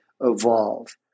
evolve